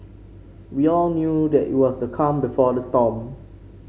we all knew that it was the calm before the storm